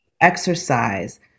Exercise